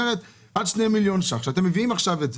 עד שני מיליון ש"ח, כשאתם מביאים עכשיו את זה,